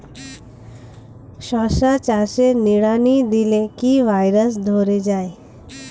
শশা চাষে নিড়ানি দিলে কি ভাইরাস ধরে যায়?